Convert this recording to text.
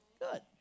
Good